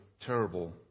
terrible